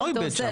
מה הוא איבד שם?